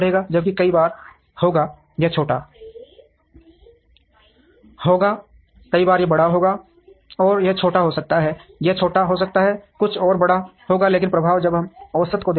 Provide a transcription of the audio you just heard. जबकि कई बार होगा यह छोटा होगा यह बड़ा होगा और यह छोटा हो सकता है यह छोटा हो सकता है कुछ और बड़ा होगा लेकिन प्रभाव जब हम औसत को देखते हैं